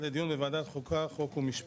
לדיון בהצעת חוק לסיוע כלכלי (נגיף הקורונה החדש)